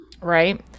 Right